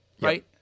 Right